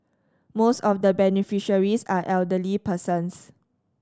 most of the beneficiaries are elderly persons